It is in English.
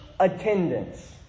Attendance